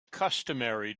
customary